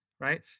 right